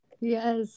Yes